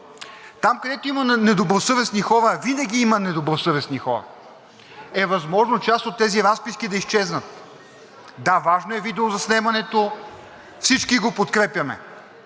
там, където има недобросъвестни хора, а винаги има недобросъвестни хора, е възможно част от тези разписки да изчезнат. Да, важно е видеозаснемането, всички го подкрепяме.